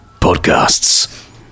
podcasts